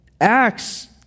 Acts